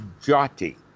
jati